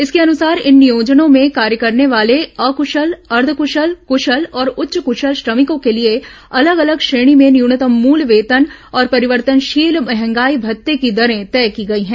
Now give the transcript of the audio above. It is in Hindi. इसके अनुसार इन नियोजनों में कार्य करने वाले अकुशल अर्द्व कुशल कुशल और उच्च कुशल श्रमिकों के लिए अलग अलग श्रेणी में न्यूनतम मूल वेतन और परिवर्तनशील महंगाई भत्ते की दरें तय की गई हैं